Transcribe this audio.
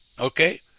okay